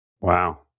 Wow